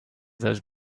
those